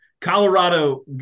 Colorado